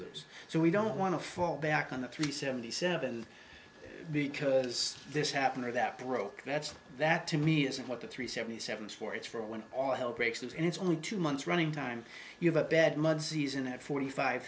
loose so we don't want to fall back on the three seventy seven because this happened or that broke that's that to me isn't what the three seventy seven is for it's for when all hell breaks loose and it's only two months running time you have a bad month season at forty five